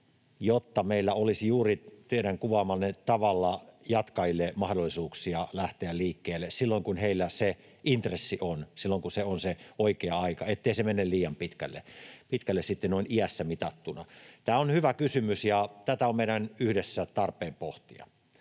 jotta meillä olisi juuri teidän kuvaamallanne tavalla jatkajille mahdollisuuksia lähteä liikkeelle silloin, kun heillä se intressi on, silloin, kun on se oikea aika, ettei se mene liian pitkälle sitten noin iässä mitattuna. Tämä on hyvä kysymys, ja tätä on meidän yhdessä tarpeen pohtia.